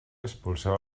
empolseu